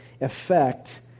effect